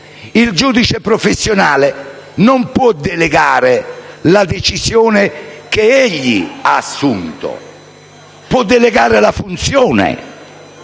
Il giudice professionale non può delegare la decisione che egli ha assunto. Può delegare la funzione